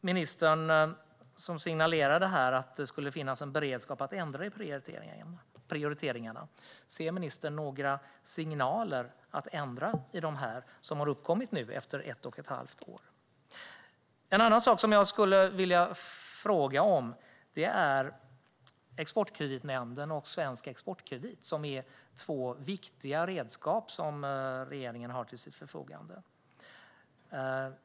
Ministern signalerade att det skulle finnas en beredskap att ändra i prioriteringarna. Jag undrar: Ser ministern nu några signaler om att man borde ändra i detta, efter ett och ett halvt år? Jag skulle också vilja fråga om Exportkreditnämnden och Svensk Exportkredit, som är två viktiga redskap som regeringen har till sitt förfogande.